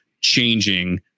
changing